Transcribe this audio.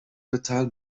quartal